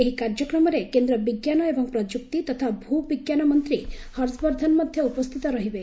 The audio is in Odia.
ଏହି କାର୍ଯ୍ୟକ୍ରମରେ କେନ୍ଦ୍ର ବିଜ୍ଞାନ ଏବଂ ପ୍ରଯୁକ୍ତି ତଥା ଭ୍ ବିଜ୍ଞାନ ମନ୍ତ୍ରୀ ହର୍ଷବର୍ଦ୍ଧନ ମଧ୍ୟ ଉପସ୍ଥିତ ରହିବେ